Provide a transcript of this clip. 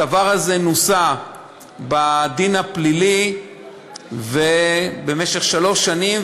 הדבר הזה נוסה בדין הפלילי במשך שלוש שנים,